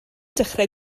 dechrau